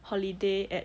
holiday at